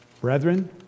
Brethren